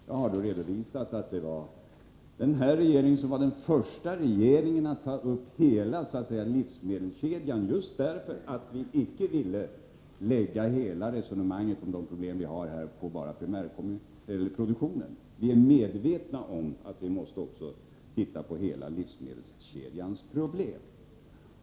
Jag har redovisat att den här regeringen var den första som tog upp hela livsmedelskedjan, just därför att vi icke ville lägga hela resonemanget om de problem vi har på bara primärproduktionen. Vi är medvetna om att vi också måste titta på hela livsmedelskedjans problem.